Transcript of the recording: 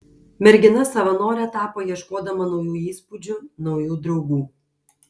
mergina savanore tapo ieškodama naujų įspūdžių naujų draugų